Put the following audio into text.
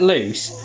Loose